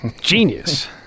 Genius